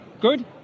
Good